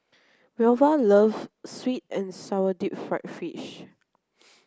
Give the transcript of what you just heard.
Velva loves sweet and sour deep fried fish